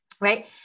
right